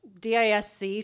DISC